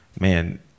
man